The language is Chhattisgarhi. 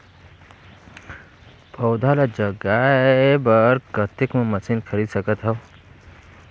पौधा ल जगाय बर कतेक मे मशीन खरीद सकथव?